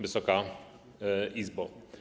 Wysoka Izbo!